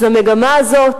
אז המגמה הזאת